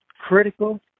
critical